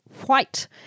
white